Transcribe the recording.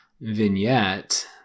vignette